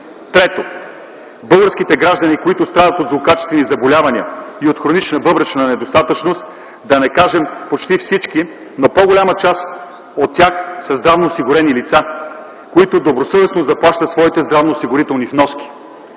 Трето, българските граждани, които страдат от злокачествени заболявания и от хронична бъбречна недостатъчност, да не кажем почти всички, но по-голяма част от тях са здравноосигурени лица, които добросъвестно заплащат своите здравноосигурителни вноски.